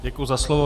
Děkuji za slovo.